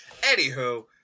Anywho